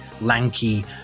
lanky